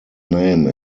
name